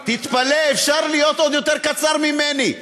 תתפלא, אפשר להיות עוד יותר קצר ממני.